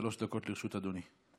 שלוש דקות לרשות אדוני.